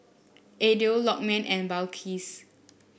Aidil Lokman and Balqis